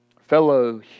fellow